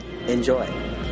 Enjoy